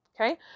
Okay